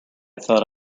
thought